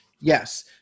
Yes